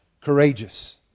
Courageous